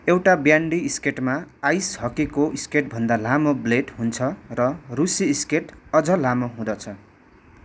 एउटा ब्यान्डी स्केटमा आइस हकीको स्केटभन्दा लामो ब्लेड हुन्छ र रूसी स्केट अझ लामो हुँदछ